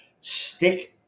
stick